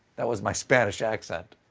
that was my spanish accent.